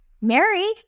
Mary